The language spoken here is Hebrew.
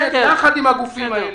יחד עם הגופים האלה,